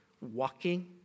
walking